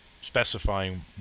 specifying